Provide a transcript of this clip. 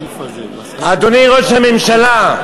אדוני ראש הממשלה,